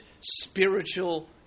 spiritual